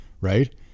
right